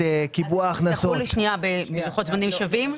זה יחול בלוחות זמנים שווים?